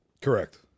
Correct